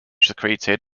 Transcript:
secreted